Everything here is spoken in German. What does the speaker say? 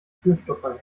türstopper